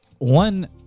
One